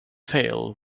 fail